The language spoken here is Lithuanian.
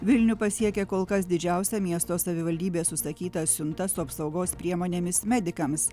vilnių pasiekė kol kas didžiausia miesto savivaldybės užsakyta siunta su apsaugos priemonėmis medikams